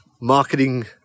marketing